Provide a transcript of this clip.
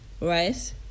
Right